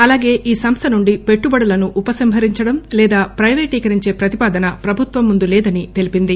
అలాగే ఈ సంస్టనుండి పెట్టుబడులను ఉపసంహరించడం లేదా ప్లెపేటీకరించే ప్రతిపాదన ప్రభుత్వం ముందు లేదని తెలిపింది